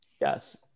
Yes